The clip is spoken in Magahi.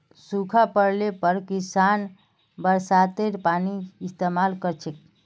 सूखा पोड़ले पर किसान बरसातेर पानीर इस्तेमाल कर छेक